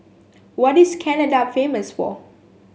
what is Canada famous for